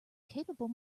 capable